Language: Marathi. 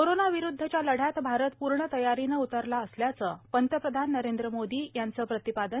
कोरोना विरुद्धच्या लढ्यात भारत पूर्ण तयारीन उतरला असल्याचं पंतप्रधान नरेंद्र मोदी यांचं प्रतिपादन